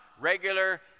regular